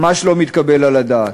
ממש לא מתקבל על הדעת.